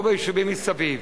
או ביישובים מסביב,